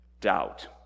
Doubt